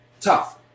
tough